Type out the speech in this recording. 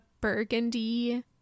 burgundy